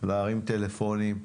להרים טלפונים,